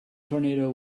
tornado